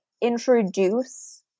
introduce